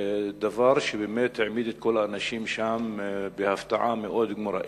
דבר שבאמת העמיד את כל האנשים שם בהפתעה מאוד גמורה.